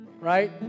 right